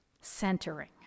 centering